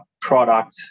product